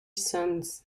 sons